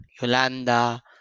Yolanda